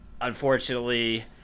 unfortunately